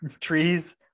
trees